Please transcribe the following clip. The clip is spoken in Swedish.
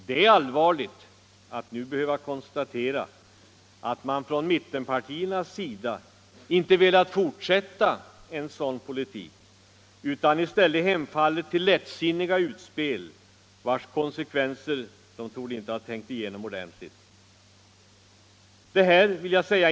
Det är allvarligt att nu behöva konstatera att man från mittenpartiernas sida inte velat fortsätta en sådan politik, utan i stället hemfallit till lättsinniga utspel, vilkas konsekvenser man inte torde ha tänkt igenom ordentligt.